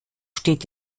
steht